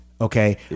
Okay